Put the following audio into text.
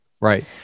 Right